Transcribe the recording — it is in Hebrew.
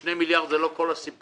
2 מיליארד, זה לא כל הסיפור.